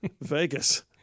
Vegas